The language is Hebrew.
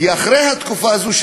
כי אחרי התקופה הזאת,